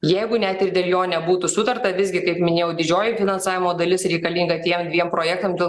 jeigu net ir dėl jo nebūtų sutarta visgi kaip minėjau didžioji finansavimo dalis reikalinga tiem dviem projektams dėl